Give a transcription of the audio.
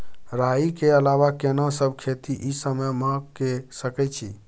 राई के अलावा केना सब खेती इ समय म के सकैछी?